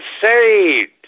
saved